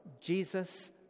Jesus